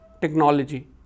Technology